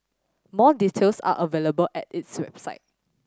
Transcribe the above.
more details are available at its website